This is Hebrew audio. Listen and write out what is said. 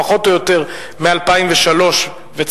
פחות או יותר מ-2003 וצפונה,